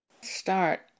Start